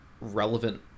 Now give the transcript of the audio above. relevant